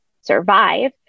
survive